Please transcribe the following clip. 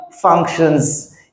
functions